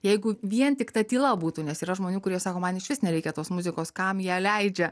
jeigu vien tik ta tyla būtų nes yra žmonių kurie sako man išvis nereikia tos muzikos kam ją leidžia